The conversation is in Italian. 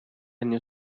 anni